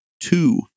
two